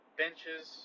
benches